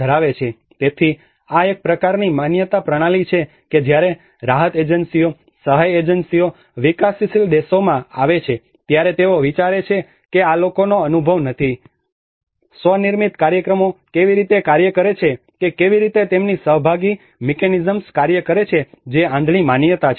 તેથી આ એક પ્રકારની માન્યતા પ્રણાલી છે કે જ્યારે રાહત એજન્સીઓ સહાય એજન્સીઓ વિકાસશીલ દેશોમાં આવે છે ત્યારે તેઓ વિચારે છે કે આ લોકોનો અનુભવ નથી હોતો કે સ્વ નિર્મિત કાર્યક્રમો કેવી રીતે કાર્ય કરે છે કે કેવી રીતે તેમની સહભાગી મિકેનિઝમ્સ કાર્ય કરે છે જે આંધળી માન્યતા છે